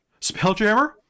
Spelljammer